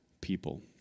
people